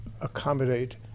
accommodate